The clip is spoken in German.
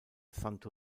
santo